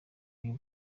y’u